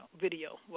video